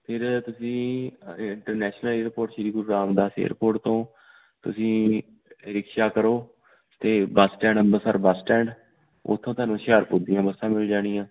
ਫਿਰ ਤੁਸੀਂ international airport Shri Guru Ramdas airport ਤੋਂ ਤੁਸੀਂ ਰਿਕਸ਼ਾ ਕਰੋ ਅਤੇ bus stand Amritsar bus stand ਉੱਥੋਂ ਤੁਹਾਨੂੰ ਹੁਸ਼ਿਆਰਪੁਰ ਦੀਆਂ ਬੱਸਾਂ ਮਿਲ ਜਾਣੀਆਂ